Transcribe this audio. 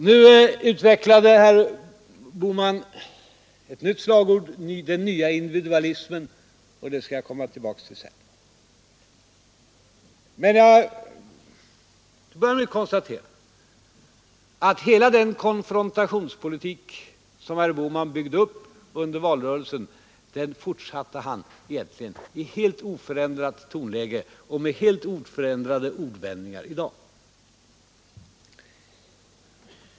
Nu utvecklade herr Bohman ett nytt slagord, ”den nya individualismen”, och det skall jag komma tillbaka till sedan. Men jag börjar med att konstatera att hela den konfrontationspolitik som herr Bohman byggde upp under valrörelsen fortsatte han egentligen i alldeles oförändrat tonläge och med alldeles oförändrade ordvändningar i dag.